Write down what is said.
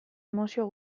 emozio